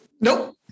nope